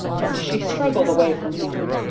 but she struggled away from him.